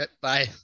Bye